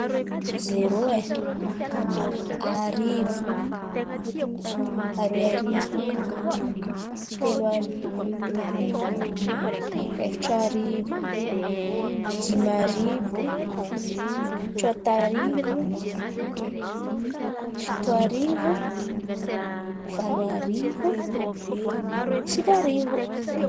Zero e, arivo, aroe arivo, telo arivo, efatra arivo, dimy arivo, tsôta arivo, fito arivo, valo arivo, sivy arivo.